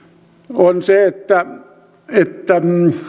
on se että että